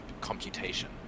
computation